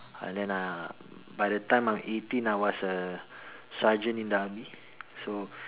uh then uh by the time I'm eighteen I was a sergeant in the army so